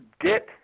get